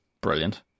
brilliant